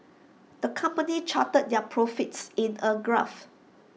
the company charted their profits in A graph